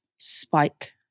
Spike